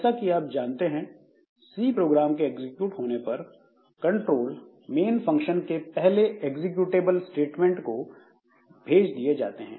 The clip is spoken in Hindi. जैसा कि आप जानते हैं सी प्रोग्राम के एग्जीक्यूट होने पर कंट्रोल मेन फंक्शन के पहले एग्जीक्यूटेबल स्टेटमेंट को भेज दिए जाते हैं